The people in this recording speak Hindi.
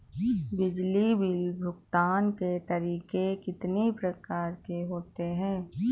बिजली बिल भुगतान के तरीके कितनी प्रकार के होते हैं?